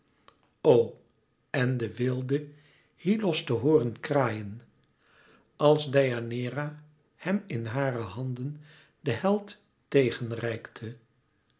en de weelde hyllos te hooren kraaien als deianeira hem in hare handen den held